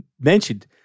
mentioned